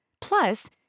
Plus